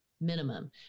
Minimum